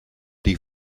die